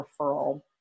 referral